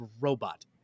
robot